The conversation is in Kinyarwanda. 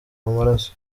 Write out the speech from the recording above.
amaraso